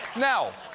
now,